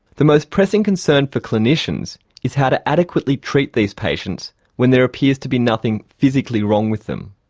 the most pressing concern for clinicians is how to adequately treat these patients when there appears to be nothing physically wrong with them.